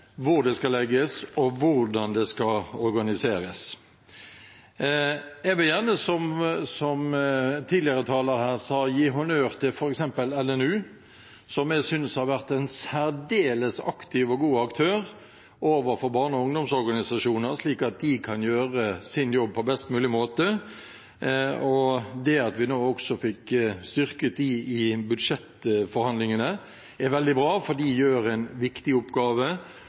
det skal legges, og hvordan det skal organiseres. Jeg vil gjerne, som en tidligere taler også sa, gi honnør til f.eks. LNU, som jeg synes har vært en særdeles aktiv og god aktør overfor barne- og ungdomsorganisasjoner, slik at de kan gjøre sin jobb på best mulig måte. Det at vi nå også fikk styrket dem i budsjettforhandlingene, er veldig bra, for de har en viktig oppgave,